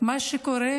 מה שקורה,